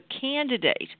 candidate